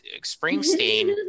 Springsteen